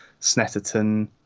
Snetterton